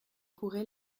pourrait